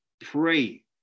pray